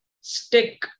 stick